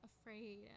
afraid